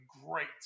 great